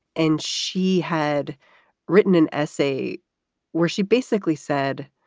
and she had written an essay where she basically said